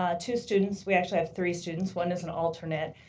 ah two students. we actually have three students. one is an alternate,